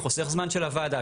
חוסך זמן של הוועדה,